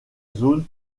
zone